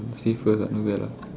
you say first lah not bad lah